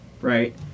right